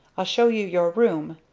i'll show you your room.